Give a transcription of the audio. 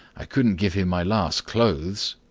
i couldn't give him my last clothes.